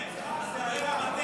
יצחק, אתה טועה ומטעה.